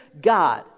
God